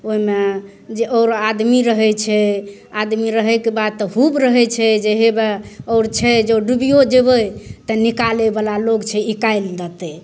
ओहिमे जे आओर आदमी रहै छै आदमी रहैके बाद तऽ हुब रहै छै जे हेबे आओर छै जे ओ डुबिओ जएबै तऽ निकालैवला लोक छै निकालि लेतै